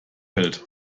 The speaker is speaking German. hält